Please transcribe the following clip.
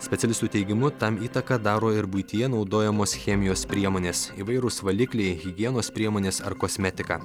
specialistų teigimu tam įtaką daro ir buityje naudojamos chemijos priemonės įvairūs valikliai higienos priemonės ar kosmetika